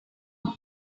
more